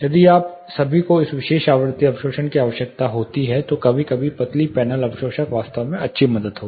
यदि आप सभी को इस विशेष आवृत्ति अवशोषण की आवश्यकता होती है तो कभी कभी पतली पैनल अवशोषक वास्तव में अच्छी मदद होगी